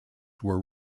were